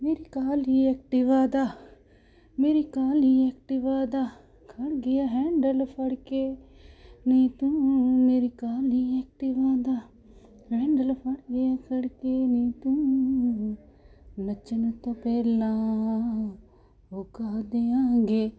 ਮੇਰੀ ਕਾਲੀ ਐਕਟੀਵਾ ਦਾ ਮੇਰੀ ਕਾਲੀ ਐਕਟੀਵਾ ਦਾ ਖੜ੍ਹ ਗਿਆ ਹੈਡਲ ਫੜ ਕੇ ਨੀ ਤੂੰ ਮੇਰੀ ਕਾਲੀ ਐਕਟੀਵਾ ਦਾ ਹੈਂਡਲ ਫੜ ਗਿਆ ਖੜ੍ਹ ਕੇ ਨੀ ਤੂੰ ਨੱਚਣ ਤੋਂ ਪਹਿਲਾਂ ਹੋਕਾ ਦਿਆਂਗੇ